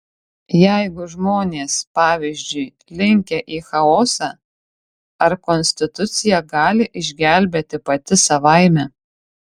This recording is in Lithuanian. jeigu žmonės pavyzdžiui linkę į chaosą ar konstitucija gali išgelbėti pati savaime